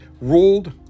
ruled